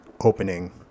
opening